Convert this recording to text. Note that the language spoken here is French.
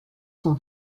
son